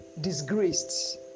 disgraced